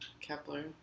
Kepler